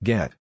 Get